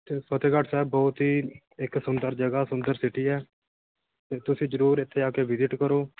ਅਤੇ ਫਤਿਹਗੜ੍ਹ ਸਾਹਿਬ ਬਹੁਤ ਹੀ ਇੱਕ ਸੁੰਦਰ ਜਗ੍ਹਾ ਸੁੰਦਰ ਸਿਟੀ ਹੈ ਅਤੇ ਤੁਸੀਂ ਜ਼ਰੂਰ ਇੱਥੇ ਆ ਕੇ ਵਿਜਿਟ ਕਰੋ